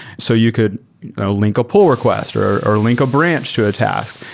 so you could link a pull request or or link a branch to a task.